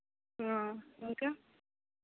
ఇంకా